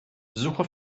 suche